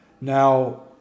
Now